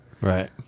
Right